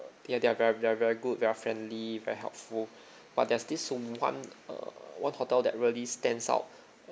they they're very they're very good very friendly very helpful but there's this uh one err one hotel that really stands out